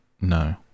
no